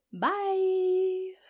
Bye